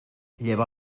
lleva